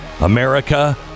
America